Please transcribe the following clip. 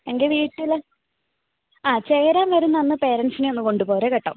എൻ്റെ വീട്ടിൽ ആ ചേരാൻ വരുന്ന അന്ന് പേരൻസിനെ ഒന്ന് കൊണ്ടു പോര് കേട്ടോ